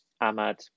Ahmad